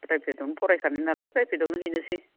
फ्राइभेटआवनो फरायखानाय नालाय फ्राइभेटआवनो हैनोसै